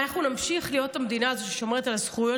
אנחנו נמשיך להיות המדינה הזו ששומרת על הזכויות